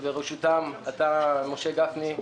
ובראשם אתה משה גפני,